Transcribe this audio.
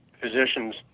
physicians